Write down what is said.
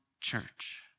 church